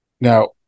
now